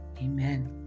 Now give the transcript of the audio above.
amen